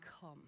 come